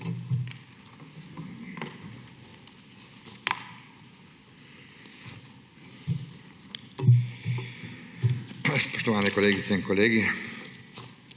Hvala.